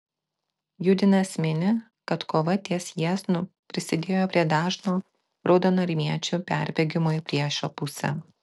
judinas mini kad kova ties jieznu prisidėjo prie dažno raudonarmiečių perbėgimo į priešo pusę